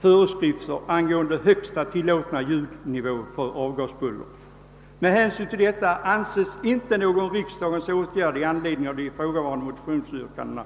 föreskrifter angående högsta tillåtna ljudnivåer för avgasbuller. Med hänsyn till detta anses inte någon riksdagens åtgärd påkallad 1 anledning av ifrågavarande motionsyrkanden.